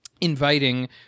inviting